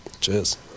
Cheers